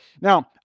Now